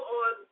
on